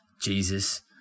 Jesus